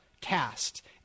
cast